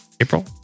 April